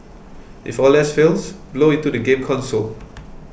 if all less fails blow into the game console